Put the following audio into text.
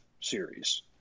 series